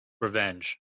Revenge